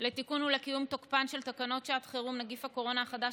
לתיקון ולקיום תוקפן של תקנות שעת חירום (נגיף הקורונה החדש,